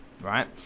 right